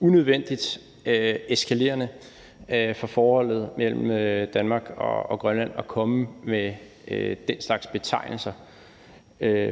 unødvendigt eskalerende for forholdet mellem Danmark og Grønland at komme med den slags betegnelser